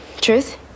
Truth